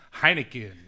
Heineken